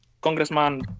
Congressman